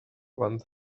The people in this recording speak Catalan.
abans